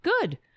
Good